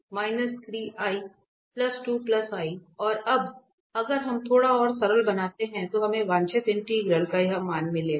तो और अब अगर हम थोड़ा और सरल बनाते हैं तो हमें वांछित इंटीग्रल का यह मान मिलेगा